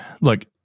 look